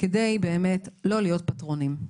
כדי לא להיות פטרונים.